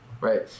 right